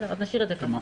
אז נשאיר את זה כך.